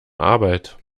arbeit